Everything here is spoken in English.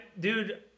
Dude